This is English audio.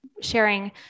sharing